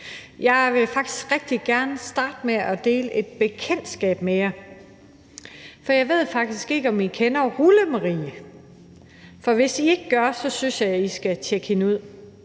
Jeg vil faktisk rigtig gerne starte med at dele et bekendtskab med jer, for jeg ved ikke, om I kender Rullemarie. Og hvis I ikke gør det, så synes jeg, at I skal tjekke hende ud.